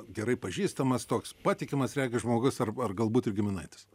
gerai pažįstamas toks patikimas regis žmogus ar ar galbūt ir giminaitis